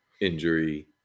injury